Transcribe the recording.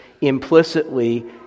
implicitly